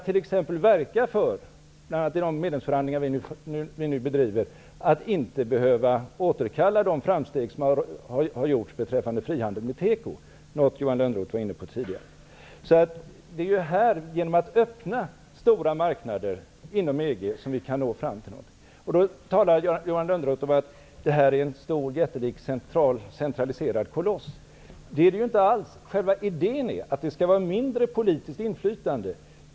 Vi kan i de medlemskapsförhandlingar som vi nu bedriver verka för att man inte behöver återkalla de framsteg som har gjorts beträffande frihandeln med teko, något som Johan Lönnroth tidigare var inne på. Genom att öppna stora marknader inom EG kan vi nå fram till någonting. Johan Lönnroth talade om en stor centraliserad koloss. Så är inte fallet. Själva idén är att det skall vara mindre politiskt inflytande.